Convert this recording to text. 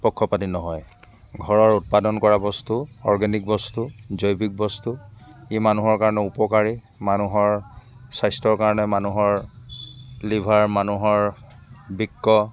পক্ষপাতী নহয় ঘৰৰ উৎপাদন কৰা বস্তু অৰ্গেনিক বস্তু জৈৱিক বস্তু ই মানুহৰ কাৰণে উপকাৰী মানুহৰ স্বাস্থ্যৰ কাৰণে মানুহৰ লিভাৰ মানুহৰ বৃক্ক